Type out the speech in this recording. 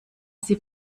sie